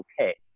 okay